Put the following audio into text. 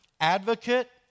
advocate